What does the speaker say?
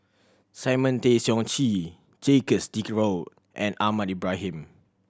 Simon Tay Seong Chee Jacques De Coutre and Ahmad Ibrahim